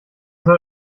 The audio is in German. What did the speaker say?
soll